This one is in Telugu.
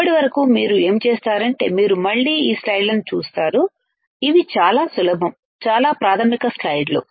అప్పటి వరకు మీరు ఏమిచేస్తారంటే మీరు మళ్ళీ ఈ స్లైడ్లను చూస్తారు ఇవి చాలా సులభం చాలా ప్రాథమిక స్లైడ్లు